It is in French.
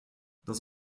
dans